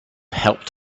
helped